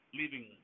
leaving